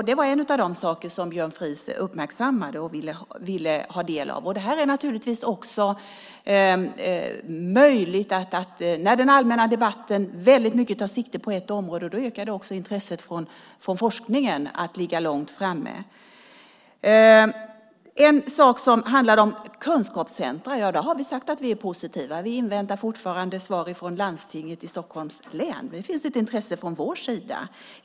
Det var en av de saker som Björn Fries uppmärksammade och ville ha del av. När den allmänna debatten väldigt mycket tar sikte på ett område ökar också intresset från forskningen att ligga långt framme. En sak handlade om kunskapscentra. Vi har sagt att vi är positiva. Vi inväntar fortfarande svar från Landstinget i Stockholms län. Det finns ett intresse från vår sida.